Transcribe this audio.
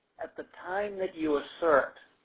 at the time that you assert